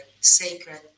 sacred